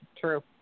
True